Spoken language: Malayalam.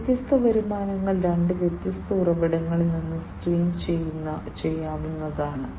ഈ വ്യത്യസ്ത വരുമാനങ്ങൾ രണ്ട് വ്യത്യസ്ത ഉറവിടങ്ങളിൽ നിന്ന് സ്ട്രീം ചെയ്യാവുന്നതാണ്